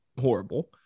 horrible